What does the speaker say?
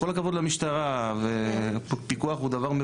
גיא, על מה אתה מדבר?